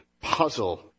puzzle